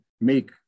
make